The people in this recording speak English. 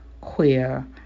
queer